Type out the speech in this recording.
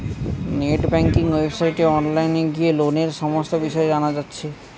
net banking ওয়েবসাইটে online গিয়ে লোনের সমস্ত বিষয় জানা যাচ্ছে